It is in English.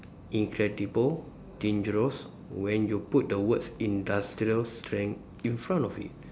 incredible dangerous when you put the words industrial strength in front of it